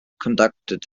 conducted